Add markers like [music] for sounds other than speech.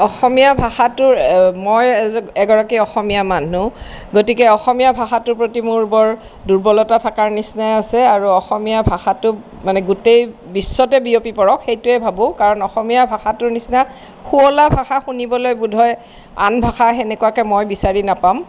অসমীয়া ভাষাটো মই [unintelligible] এগৰাকী অসমীয়া মানুহ গতিকে অসমীয়া ভাষাটোৰ প্ৰতি মোৰ বৰ দুৰ্বলতা থকাৰ নিচিনাই আছে আৰু অসমীয়া ভাষাটোক মানে গোটেই বিশ্বতে বিয়পি পৰক সেইটোৱে ভাবো কাৰণ অসমীয়া ভাষাটোৰ নিচিনা শুৱলা ভাষা শুনিবলৈ বোধহয় আন ভাষা সেনেকুৱাকৈ মই বিচাৰি নাপাম